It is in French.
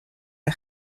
est